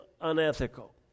unethical